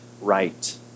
right